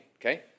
Okay